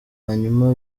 hanyuma